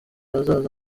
hazaza